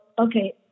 okay